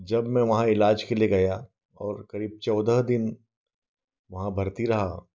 जब मैं वहाँ इलाज़ के लिए गया और क़रीब चौदह दिन वहाँ भर्ती रहा